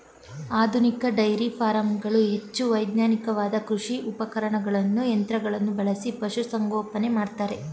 ಆಧುನಿಕ ಡೈರಿ ಫಾರಂಗಳು ಹೆಚ್ಚು ವೈಜ್ಞಾನಿಕವಾದ ಕೃಷಿ ಉಪಕರಣಗಳನ್ನು ಯಂತ್ರಗಳನ್ನು ಬಳಸಿ ಪಶುಸಂಗೋಪನೆ ಮಾಡ್ತರೆ